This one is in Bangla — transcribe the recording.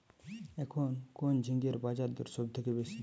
এখন কোন ঝিঙ্গের বাজারদর সবথেকে বেশি?